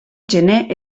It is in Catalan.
gener